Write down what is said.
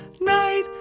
night